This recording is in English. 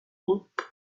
woot